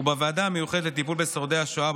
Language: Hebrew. בוועדה המיוחדת לטיפול בשורדי השואה,